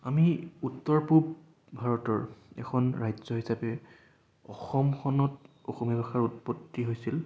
আমি উত্তৰ পূব ভাৰতৰ এখন ৰাজ্য হিচাপে অসমখনত অসমীয়া ভাষাৰ উৎপত্তি হৈছিল